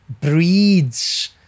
breeds